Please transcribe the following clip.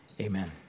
amen